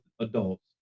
adults